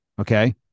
Okay